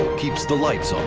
keeps the lights on.